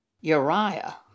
Uriah